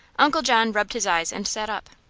uncle john rubbed his eyes and sat up.